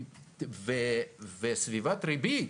וסביבת הריבית